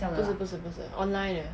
不是不是不是 online 的